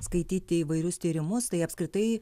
skaityti įvairius tyrimus tai apskritai